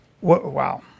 Wow